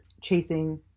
chasing